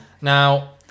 Now